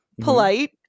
polite